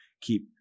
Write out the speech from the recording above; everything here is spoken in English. keep